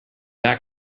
that